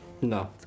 No